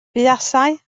buasai